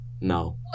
No